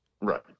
Right